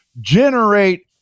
generate